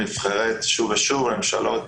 נבחרת שוב ושוב על ידי ממשלות